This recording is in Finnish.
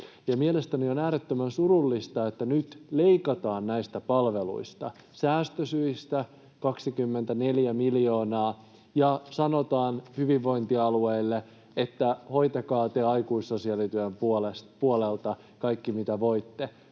Mielestäni on äärettömän surullista, että nyt leikataan näistä palveluista säästösyistä 24 miljoonaa ja sanotaan hyvinvointialueille, että hoitakaa te aikuissosiaalityön puolelta kaikki, mitä voitte.